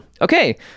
okay